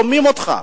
ולא שומעים אותך?